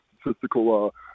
statistical